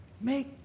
Make